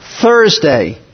Thursday